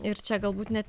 ir čia galbūt net